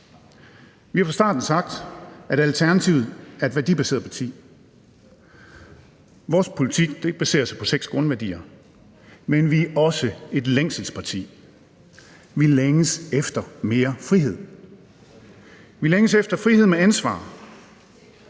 Vi har fra starten sagt, at Alternativet er et værdibaseret parti – vores politik baserer sig på seks grundværdier – men vi er også et længselsparti. Vi længes efter mere frihed. Vi længes efter frihed med ansvar,